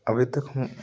अभी तक हम